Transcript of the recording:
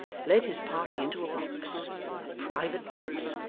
led his party into a box a private box,